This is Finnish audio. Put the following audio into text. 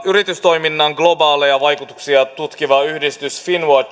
yritystoiminnan globaaleja vaikutuksia tutkiva yhdistys finnwatch